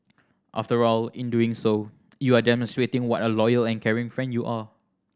after all in doing so you are demonstrating what a loyal and caring friend you are